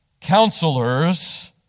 counselors